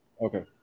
Okay